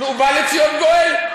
נו, בא לציון גואל.